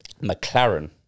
McLaren